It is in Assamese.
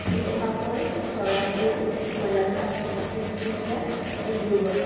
শিৱসাগৰ চৰাইদেউ গোলাঘাট তিনচুকীয়া ডিব্ৰুগড়